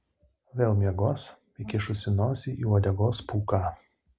vėl miegos įkišusi nosį į uodegos pūką